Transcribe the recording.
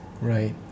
Right